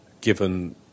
given